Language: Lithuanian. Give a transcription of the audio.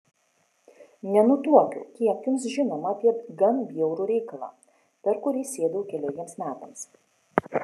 nenutuokiu kiek jums žinoma apie gan bjaurų reikalą per kurį sėdau keleriems metams